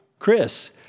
Chris